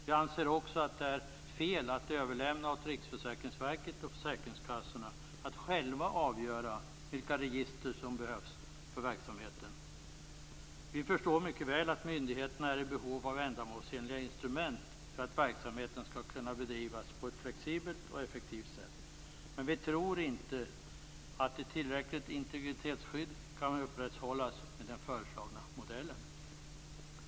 Vi anser också att det är fel att överlämna åt Riksförsäkringsverket och försäkringskassorna att själva avgöra vilka register som behövs för verksamheten. Vi förstår mycket väl att myndigheterna är i behov av ändamålsenliga instrument för att verksamheten skall kunna bedrivas på ett flexibelt och effektivt sätt. Men vi tror inte att ett tillräckligt integritetsskydd kan upprätthållas med den föreslagna modellen.